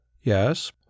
Yes